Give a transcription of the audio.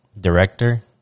director